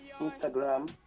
Instagram